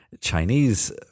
Chinese